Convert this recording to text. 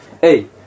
Hey